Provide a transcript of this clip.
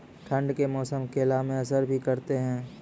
ठंड के मौसम केला मैं असर भी करते हैं?